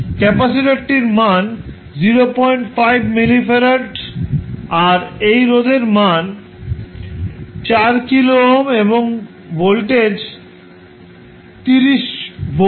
ক্যাপাসিটারটির মান 05 millifarad আর এই রোধের মান 4 কিলো ওহম এবং ভোল্টেজ 30 ভোল্ট